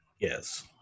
yes